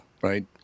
right